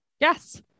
yes